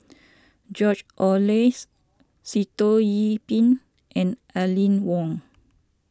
George Oehlers Sitoh Yih Pin and Aline Wong